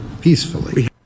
peacefully